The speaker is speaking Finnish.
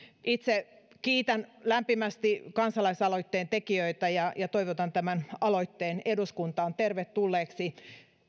kiitän lämpimästi kansalaisaloitteen tekijöitä ja ja toivotan tämän aloitteen eduskuntaan tervetulleeksi